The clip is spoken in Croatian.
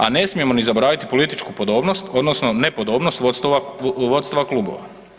A ne smijemo ni zaboraviti političku podobnost odnosno nepodobnost vodstava klubova.